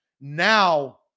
Now